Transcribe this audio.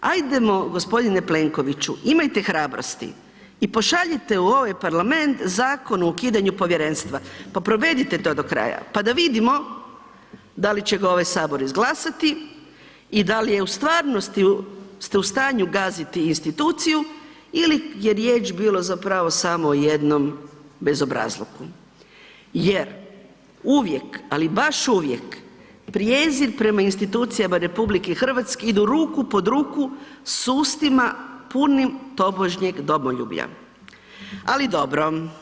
Ajdemo g. Plenkoviću, imajte hrabrosti i pošaljite u ovaj parlament Zakon o ukidanju povjerenstva, pa provedite to do kraja, pa da vidimo da li će ga ovaj HS izglasati i dal je u stvarnosti ste u stanju gaziti instituciju ili je riječ bilo zapravo samo o jednom bezobrazluku, jer uvijek, ali baš uvijek, prijezir prema institucijama RH idu ruku pod ruku s ustima punim tobožnjeg domoljublja, ali dobro.